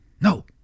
No